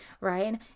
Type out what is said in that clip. right